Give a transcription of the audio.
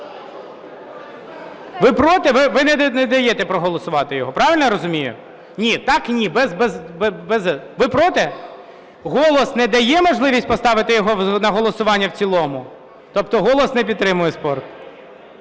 Ви проти? Ви не даєте проголосувати його – правильно я розумію? (Шум у залі) Ні! Так – ні! Без… Ви проти? "Голос" не дає можливість поставити його на голосування в цілому? Тобто "Голос" не підтримує спорт.